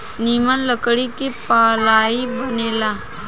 निमन लकड़ी से पालाइ बनेला